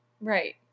Right